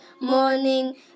morning